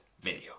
video